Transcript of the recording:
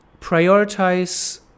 prioritize